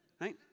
right